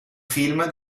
film